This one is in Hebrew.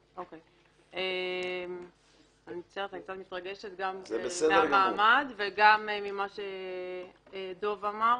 אני קצת מתרגשת גם מהמעמד וגם ממה שאמר דב חנין.